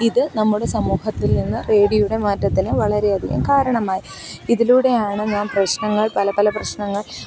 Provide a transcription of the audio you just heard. ഇത് നമ്മുടെ സമൂഹത്തിൽ നിന്ന് റേഡിയോയുടെ മാറ്റത്തിന് വളരെയധികം കാരണമായി ഇതിലൂടെയാണ് നാം പ്രശ്നങ്ങൾ പല പല പ്രശ്നങ്ങൾ